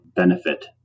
benefit